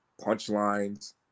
punchlines